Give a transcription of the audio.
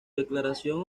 declaración